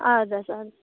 اَدٕ حظ اَدٕ